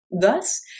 Thus